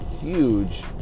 huge